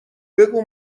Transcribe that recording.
بگو